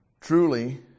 Truly